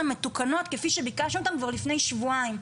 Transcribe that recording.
מתוקנות כפי שביקשנו כבר לפני שבועיים.